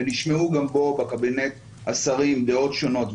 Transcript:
ונשמעו גם בקבינט השרים דעות שונות,